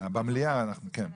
במליאה כן.